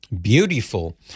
beautiful